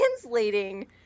translating